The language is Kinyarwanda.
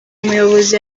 muyobozi